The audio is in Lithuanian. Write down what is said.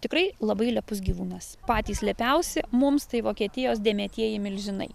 tikrai labai lepus gyvūnas patys lepiausi mums tai vokietijos dėmėtieji milžinai